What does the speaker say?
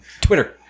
twitter